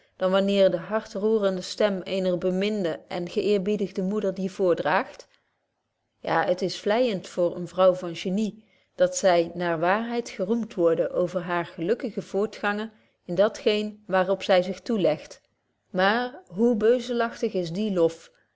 dan wanneer de hartroerende stem eener beminde en geëerbiedigde moeder die voordraagt ja t is vleijend voor eene vrouw van genie dat zy naar waarheid geroemt worde over hare vetstandig verstandig drukfout betje wolff proeve over de opvoeding gelukkige voortgangen in dat geen waar op zy zich toelegt maar hoe beuzelagtig is dien lof